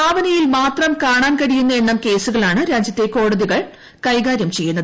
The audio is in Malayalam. ഭാവനയിൽ മാത്രം കാണാൻ കഴിയുന്ന എണ്ണം കേസുകളാണ് രാജ്യത്തെ കോടതികൾ കൈകാര്യം ചെയ്യുന്നത്